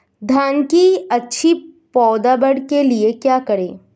धान की अच्छी पैदावार के लिए क्या करें?